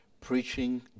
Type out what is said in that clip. preaching